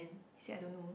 he said I don't know